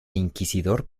inquisidor